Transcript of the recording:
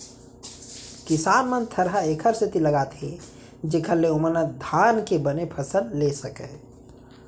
किसान मन थरहा एकर सेती लगाथें जेकर ले ओमन धान के बने फसल लेय सकयँ